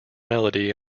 melody